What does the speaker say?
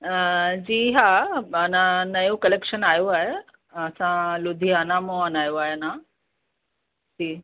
जी हा माना नयो कलेक्शन आहियो आहे असां लुधियाना मों आणायो आहे अञा जी